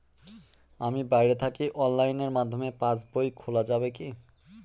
আমি বাইরে থাকি অনলাইনের মাধ্যমে পাস বই খোলা যাবে কি?